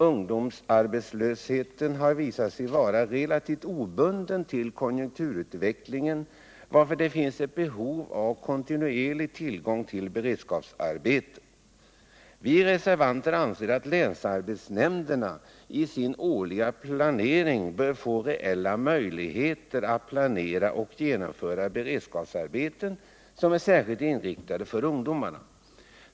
Ungdomsarbetslösheten har visat sig vara relativt oberoende av konjunkturutvecklingen, varför det finns ett behov av kontinuerlig tillgång på beredskapsarbeten. Vi reservanter anser att länsarbetsnämnderna I sin årliga planering bör få reella möjligheter att planera och genomföra beredskapsarbeten, som är särskilt avsedda för ungdomar.